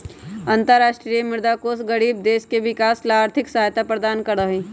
अन्तरराष्ट्रीय मुद्रा कोष गरीब देश के विकास ला आर्थिक सहायता प्रदान करा हई